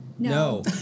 No